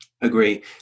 Agree